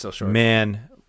man